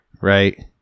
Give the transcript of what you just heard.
Right